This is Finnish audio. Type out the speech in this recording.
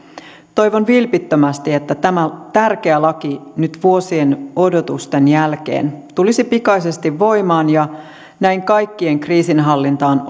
toivon vilpittömästi että tämä tärkeä laki nyt vuosien odotusten jälkeen tulisi pikaisesti voimaan ja näin kaikkien kriisinhallintaan